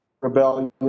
rebellion